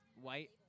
White